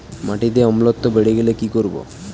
মাটিতে অম্লত্ব বেড়েগেলে কি করব?